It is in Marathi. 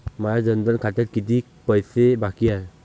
माया जनधन खात्यात कितीक पैसे बाकी हाय?